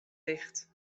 ticht